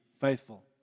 faithful